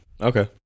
Okay